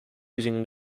using